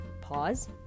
pause